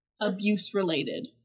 abuse-related